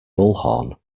bullhorn